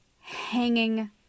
hanging